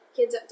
Kids